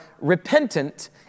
repentant